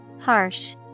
Harsh